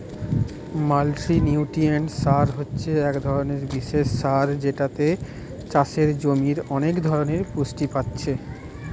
multinutrient সার হচ্ছে এক রকমের বিশেষ সার যেটাতে চাষের জমির অনেক ধরণের পুষ্টি পাচ্ছে